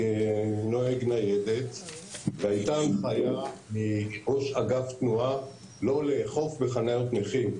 כנוהג ניידת והייתה הנחייה מראש אגף תנועה לא לאכוף בחניית נכים,